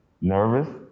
Nervous